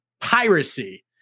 piracy